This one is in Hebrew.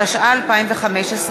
התשע"ה 2015,